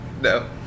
No